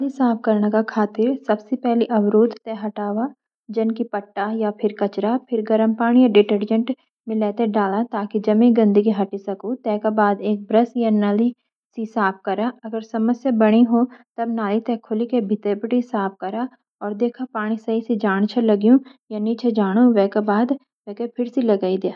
नाली साफ करना का खातिर सब सी पेली अवरोध ते हटावा जन की पट्टा या फिर कचरा। फिर गरम पानी या डिटार्जेंट टी मिले ते डाला ताकी जमी गंदगी हटी सकु.टेका बैड एक ब्रश या नली सी सैफ क्रा.अगर समस्या बनी हो तब नली ते खोलिक भितर बिटी साफ करा और देखा कि पानी सही सी जान छा लग्यु।